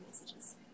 messages